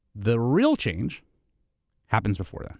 the real change happens before that.